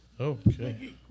Okay